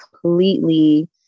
completely